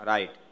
Right